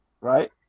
right